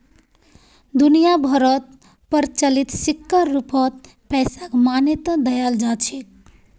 दुनिया भरोत प्रचलित सिक्कर रूपत पैसाक मान्यता दयाल जा छेक